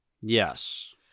Yes